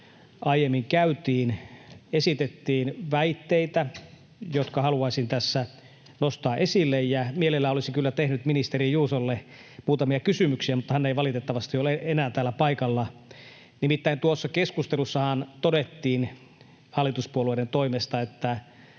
aiemmin käytiin, esitettiin väitteitä, jotka haluaisin tässä nostaa esille. Ja mielelläni olisin kyllä tehnyt ministeri Juusolle muutamia kysymyksiä, mutta hän ei valitettavasti ole enää täällä paikalla. Nimittäin tuossa keskustelussahan todettiin hallituspuolueiden toimesta, että